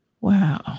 Wow